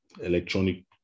electronic